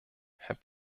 herr